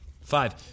five